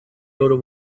loro